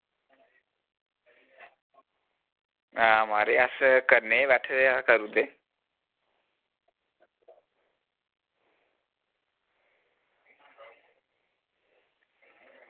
आं म्हाराज अस कन्नै गै बैठे दे अस करी ओड़गे